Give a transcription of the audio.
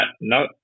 No